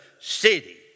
city